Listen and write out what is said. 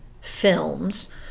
films